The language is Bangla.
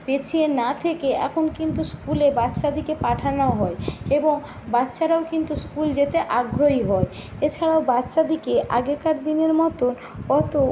পিছিয়ে না থেকে এখন কিন্তু স্কুলে বাচ্চাদিকে পাঠানো হয় এবং বাচ্চারাও কিন্তু স্কুল যেতে আগ্রহী হয় এছাড়াও বাচ্চাদিকে আগেকার দিনের মতন অত